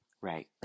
right